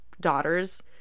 daughter's